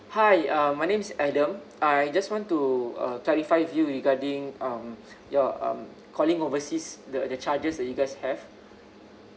hi uh my name's adam I just want to uh clarify you regarding um ya um calling overseas the the charges that you guys have